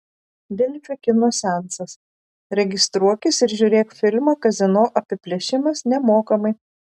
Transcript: delfi kino seansas registruokis ir žiūrėk filmą kazino apiplėšimas nemokamai